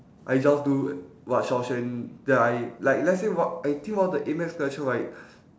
I just do wh~ what xiao-xuan then I like let's say what I think one of the A maths question right